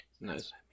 Nice